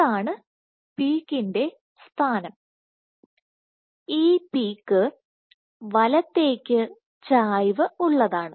ഇതാണ് പീക്കിൻറെ സ്ഥാനം ഈ പീക്ക് വലത്തേക്ക് ചായ്വ് ഉള്ളതാണ്